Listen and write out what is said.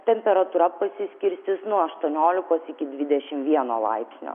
temperatūra pasiskirstys nuo aštuoniolikos iki dvidešimt vieno laipsnio